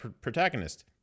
protagonist